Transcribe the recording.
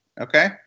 Okay